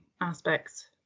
aspects